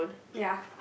ya